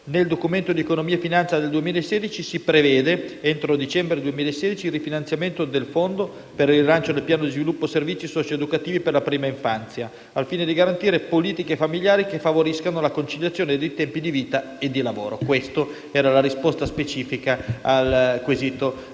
Nel Documento di economia e finanza per il 2016 si prevede, entro il dicembre del 2016, il rifinanziamento del fondo per il rilancio del Piano di sviluppo dei servizi socio-educativi per la prima infanzia, al fine di garantire politiche familiari che favoriscano la conciliazione dei tempi di vita e di lavoro. Questa era la risposta specifica che dovevo